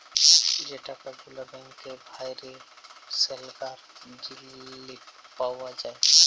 যে টাকা গুলা ব্যাংকে ভ্যইরে সেগলার সিলিপ পাউয়া যায়